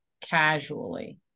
casually